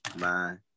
Bye